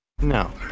No